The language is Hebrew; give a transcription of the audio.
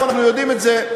אנחנו יודעים את זה,